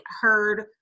heard